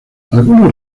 algunos